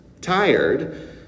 Tired